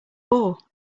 war